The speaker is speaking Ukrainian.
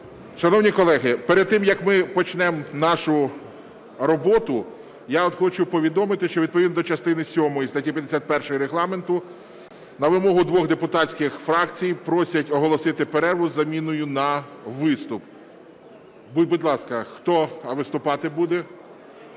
Шановні колеги! Перед тим, як ми почнемо нашу роботу, я хочу повідомити, що відповідно до частини сьомої статті 51 Регламенту, на вимогу двох депутатських фракцій, просять оголосити перерву із заміною на виступ. Будь ласка, хто виступати буде?